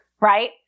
right